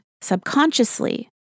subconsciously